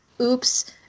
oops